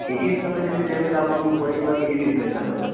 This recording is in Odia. କେଜି ହସାବରେ ଯଦି ନେବେ ବୋଲେ ଆପଣଙ୍କୁ ପଡ଼ିଯିବା କେଜି ଦି ଶହ ହସାବରେ